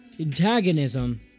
antagonism